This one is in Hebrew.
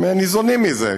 הם ניזונים מזה.